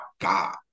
God